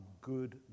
good